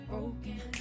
Broken